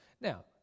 Now